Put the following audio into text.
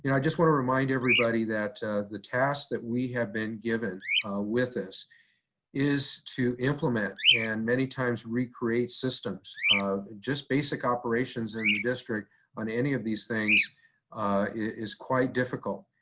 and i just wanna remind everybody that the tasks that we have been given with this is to implement and many times recreate systems of just basic operations in the district on any of these things is quite difficult.